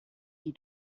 die